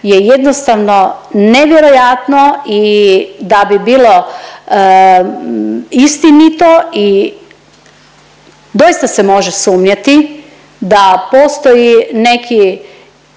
je jednostavno nevjerojatno i da bi bilo istinito i doista se može sumnjati da postoji neki